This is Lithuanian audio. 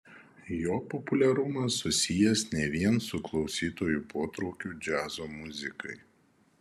jo populiarumas susijęs ne vien su klausytojų potraukiu džiazo muzikai